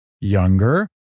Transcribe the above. younger